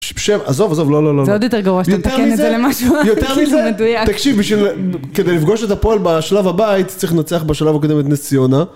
שם, עזוב, עזוב, לא, לא, לא. זה עוד יותר גרוע, יותר מזה, שאתה מתקן את זה למשהו מדויק. תקשיב, כדי לפגוש את הפועל בשלב הבא הייתי צריך לנצח בשלב הקודם את נס ציונה.